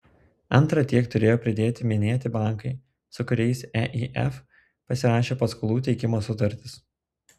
antra tiek turėjo pridėti minėti bankai su kuriais eif pasirašė paskolų teikimo sutartis